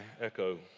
echo